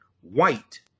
white